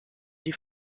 die